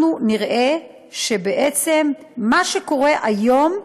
אנחנו נראה שבעצם מה שקורה היום,